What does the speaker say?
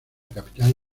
capital